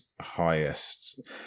highest